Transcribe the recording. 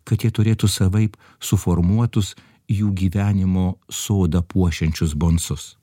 kad jie turėtų savaip suformuotus jų gyvenimo sodą puošiančius bonsus